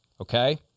Okay